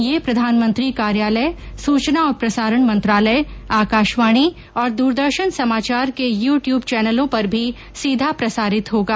ये प्रधानमंत्री कार्यालय सूचना और प्रसारण मंत्रालय आकाशवाणी और द्रदर्शन समाचार के यू ट्यूब चैनलों पर भी सीधा प्रसारित होगा